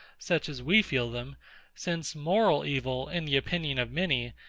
such as we feel them since moral evil, in the opinion of many,